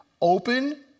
open